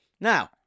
Now